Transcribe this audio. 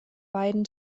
beiden